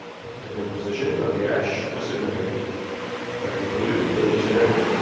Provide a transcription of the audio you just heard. but the different position of the ash was significant. i concluded there were two men,